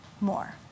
more